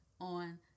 on